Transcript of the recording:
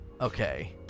Okay